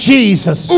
Jesus